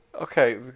Okay